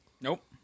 Nope